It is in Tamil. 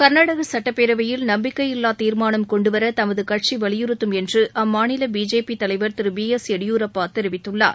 கர்நாடக சட்டப்பேரவையில் நம்பிக்கையில்லா தீர்மானம் கொண்டுவர தமது கட்சி வலிபுறுத்தும் என்று அம்மாநில பிஜேபி தலைவர் திரு பி எஸ் எடியூரப்பா தெரிவித்துள்ளார்